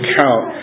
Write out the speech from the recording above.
count